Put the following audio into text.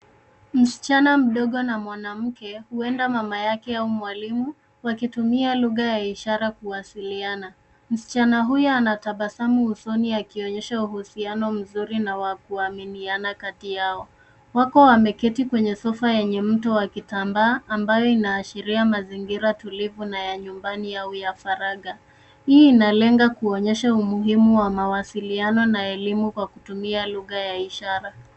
Msichana mdogo na mwanamke, huenda mamaye au mwalimu, wakitumia lugha ya ishara kuwasiliana. Msichana huyo anatabasamu usoni akionyesha uhusiano mzuri na wa kuaminiana kati yao. Wako wameketi kwenye sofa yenye mto wa kitambaa, ambayo inaashiria mazingira tulivu na ya nyumbani yao ya faraga. Hii inalenga kuonyesha umuhimu wa mawasiliano na elimu ya kutumia lugha ya ishara.